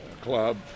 club